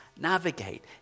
navigate